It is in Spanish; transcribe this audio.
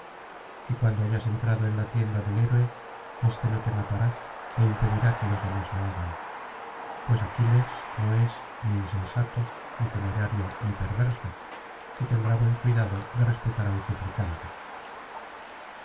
y cuando hayas entrado en la tienda del héroe éste no te matará é impedirá que los demás lo hagan pues aquiles no es ni insensato ni temerario ni perverso y tendrá buen cuidado de respetar á un suplicante